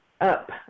up